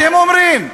אתם אומרים.